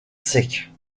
secs